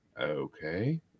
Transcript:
okay